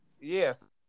Yes